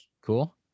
Cool